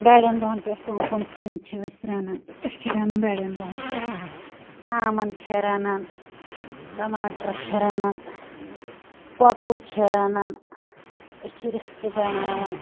بَڑیٚن دۄہَن پیٚٹھ کم کم سِنۍ چھِ أسۍ رنان أسۍ چھِ رنان بَڑیٚن دۄہَن پیٚٹھ ژامن چھِ رنان ٹماٹر چھِ رنان کۄکُر چھِ رنان أسۍ چھِ رِستہٕ بناوان